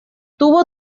tuvo